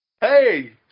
Hey